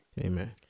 Amen